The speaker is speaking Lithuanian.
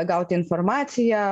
gauti informaciją